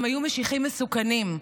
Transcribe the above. הם היו משיחים מסוכנים.